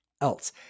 else